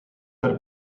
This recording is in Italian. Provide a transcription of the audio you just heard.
per